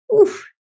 oof